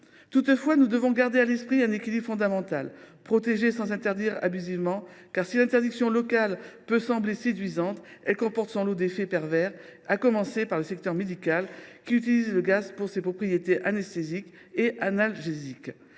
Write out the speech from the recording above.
Toutefois, nous devons garder à l’esprit un équilibre fondamental : protéger sans interdire abusivement. En effet, si l’interdiction totale peut sembler séduisante, elle a son lot d’effets pervers : je ne citerai que le secteur médical, qui utilise ce gaz pour ses propriétés anesthésiques et analgésiques.